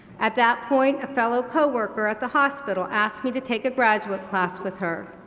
at that point a fellow co-worker at the hospital asked me to take a graduate class with her.